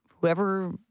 Whoever